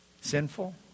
sinful